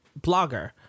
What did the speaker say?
blogger